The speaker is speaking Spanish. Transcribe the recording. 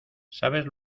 sabes